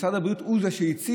שמשרד הבריאות הוא זה שהציף,